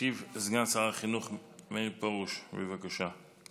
ישיב סגן שר החינוך מאיר פרוש, בבקשה.